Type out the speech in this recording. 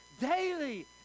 Daily